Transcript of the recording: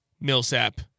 Millsap